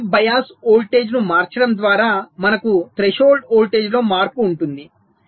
body bias వోల్టేజ్ను మార్చడం ద్వారా మనకు థ్రెషోల్డ్ వోల్టేజ్లో మార్పు ఉంటుంది